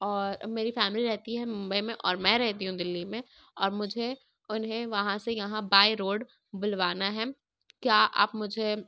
اور میری فیملی رہتی ہے ممبئی میں اور میں رہتی ہوں دلی میں اور مجھے انہیں وہاں سے یہاں بائی روڈ بلوانا ہے کیا آپ مجھے